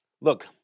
Look